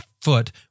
foot